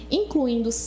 incluindo